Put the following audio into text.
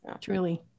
truly